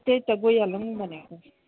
त्यही त गइहालौँ भनेको